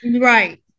Right